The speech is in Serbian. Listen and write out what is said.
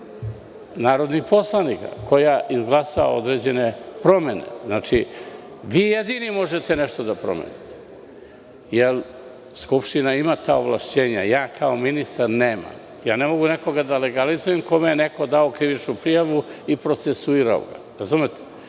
narodnih poslanik koja izglasa određene promene. Znači, vi jedini možete nešto da promenite. Skupština ima ta ovlašćenja. Lično kao ministar nemam. Ne mogu nekoga da legalizujem kome je neko dao krivičnu prijavu i procesuirao ga, ali